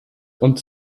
und